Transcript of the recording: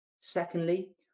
Secondly